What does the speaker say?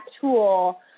tool